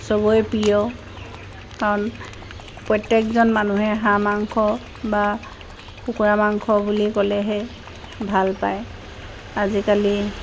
চবৰে প্ৰিয় কাৰণ প্ৰত্যেকজন মানুহে হাঁহ মাংস বা কুকুৰা মাংস বুলি ক'লেহে ভাল পায় আজিকালি